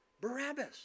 Barabbas